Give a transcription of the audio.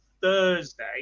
thursday